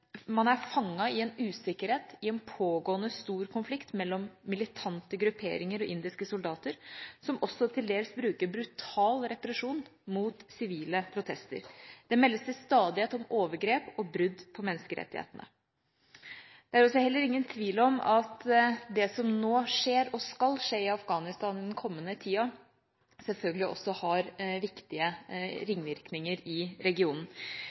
i en usikkerhet i en pågående stor konflikt mellom militante grupperinger og indiske soldater, som også til dels bruker brutal represjon mot sivile protester. Det meldes til stadighet om overgrep og brudd på menneskerettighetene. Det er heller ingen tvil om at det som nå skjer og skal skje i Afghanistan den kommende tida, selvfølgelig også har viktige ringvirkninger i regionen.